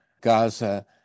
Gaza